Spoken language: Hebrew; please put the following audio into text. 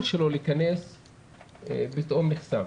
להיכנס לארץ של העובד שנפגע פתאום נחסם.